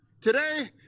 today